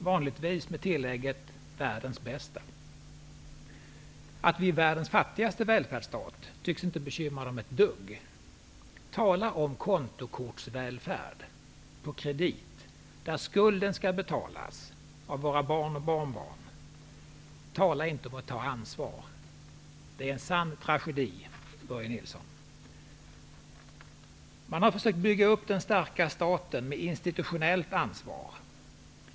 Vanligtvis gör de också tillägget: världens bästa. Att Sverige är världens fattigaste välfärdsstat tycks inte bekymra dem ett dugg. Tala om kontokortsvälfärd på kredit, där skulden skall betalas av våra barn och barnbarn! Tala inte om att ta ansvar! Det är en sann tragedi, Börje Nilsson. Man har försökt bygga upp den starka staten med institutionellt ansvar.